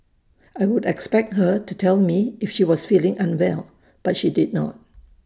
I would expect her to tell me if she was feeling unwell but she did not